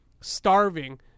starving